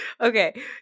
Okay